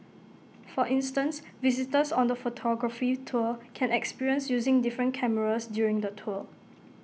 for instance visitors on the photography tour can experience using different cameras during the tour